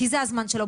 כי זה הזמן שלו.